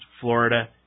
Florida